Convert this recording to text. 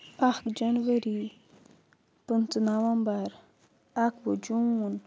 اَکھ جَنؤری پٕنٛژٕ نَوَیمبَر اَکوُہ جوٗن